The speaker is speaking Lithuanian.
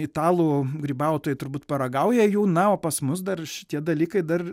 italų grybautojai turbūt paragauja jų na o pas mus dar šitie dalykai dar